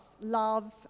love